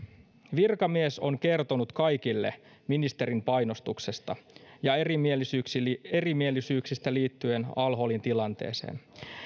virkamies on kertonut kaikille ministerin painostuksesta ja erimielisyyksistä erimielisyyksistä liittyen al holin tilanteeseen